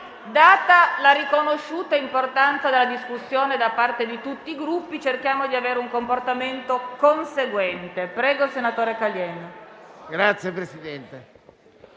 data la riconosciuta importanza della discussione da parte di tutti i Gruppi, cerchiamo di avere un comportamento conseguente. CALIENDO *(FIBP-UDC)*. Signor Presidente,